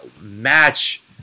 match